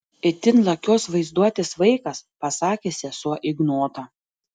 itin lakios vaizduotės vaikas pasakė sesuo ignotą